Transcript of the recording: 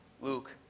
Luke